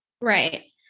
Right